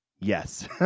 yes